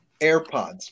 AirPods